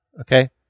Okay